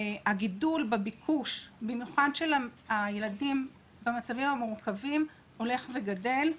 הגידול בביקוש במיוחד של הילדים במצבים מורכבים הולך וגדל.